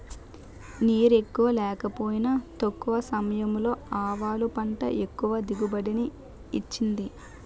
నీరెక్కువ లేకపోయినా తక్కువ సమయంలో ఆవాలు పంట ఎక్కువ దిగుబడిని ఇచ్చింది